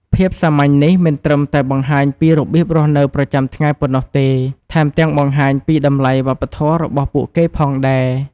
ភាពសាមញ្ញនេះមិនត្រឹមតែបង្ហាញពីរបៀបរស់នៅប្រចាំថ្ងៃប៉ុណ្ណោះទេ ថែមទាំងបង្ហាញពីតម្លៃវប្បធម៌របស់ពួកគេផងដែរ។